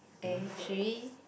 eh should we